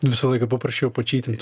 visą laiką paprasčiau pačytint